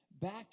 Back